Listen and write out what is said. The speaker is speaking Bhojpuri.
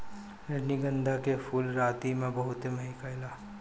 रजनीगंधा के फूल राती में बहुते महके ला